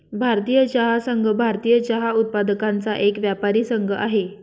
भारतीय चहा संघ, भारतीय चहा उत्पादकांचा एक व्यापारी संघ आहे